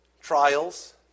trials